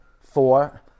four